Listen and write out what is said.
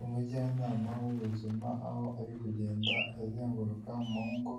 Umujyanama w'ubuzima aho ari kugenda azenguruka mu ngo